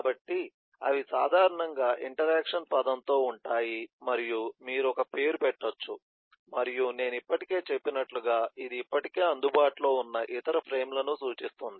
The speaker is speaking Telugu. కాబట్టి అవి సాధారణంగా ఇంటరాక్షన్ పదంతో ఉంటాయి మరియు మీరు ఒక పేరు పెట్టొచ్చు మరియు నేను ఇప్పటికే చెప్పినట్లుగా ఇది ఇప్పటికే అందుబాటులో ఉన్న ఇతర ఫ్రేమ్లను సూచిస్తుంది